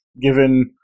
given